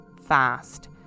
fast